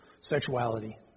sexuality